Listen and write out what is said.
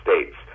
States